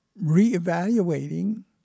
re-evaluating